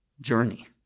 journey